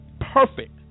Perfect